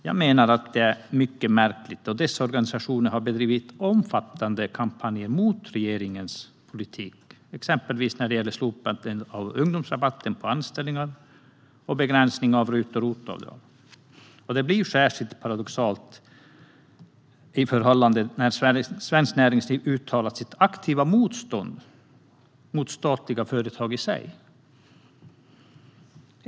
Jag menar att detta är mycket märkligt, då dessa organisationer har bedrivit omfattande kampanjer mot regeringens politik, exempelvis när det gäller slopandet av ungdomsrabatten på anställningar och begränsningen av RUT och ROT-avdrag. Särskilt paradoxalt blir detta förhållande när Svenskt Näringsliv uttalat sitt aktiva motstånd mot statliga företag i sig.